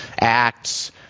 Acts